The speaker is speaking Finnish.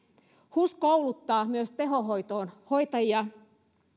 hus myös kouluttaa tehohoitoon hoitajia